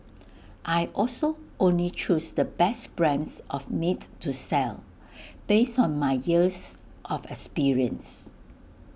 I also only choose the best brands of meat to sell based on my years of experience